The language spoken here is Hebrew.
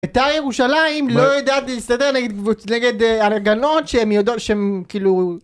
בית"R ירושלים לא יודעות להסתדר נגד הגנות שהם יודעות שהם כאילו